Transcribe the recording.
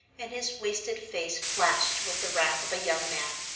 and his wasted face flashed with the wrath of a young man,